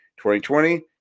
2020